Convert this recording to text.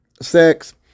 sex